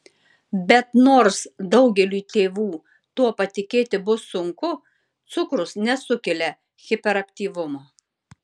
bet nors daugeliui tėvų tuo patikėti bus sunku cukrus nesukelia hiperaktyvumo